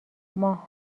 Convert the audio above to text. ماه